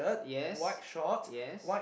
yes yes